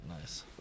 Nice